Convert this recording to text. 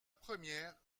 première